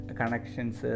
connections